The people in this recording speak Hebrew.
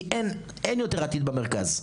כי אין יותר עתיד במרכז.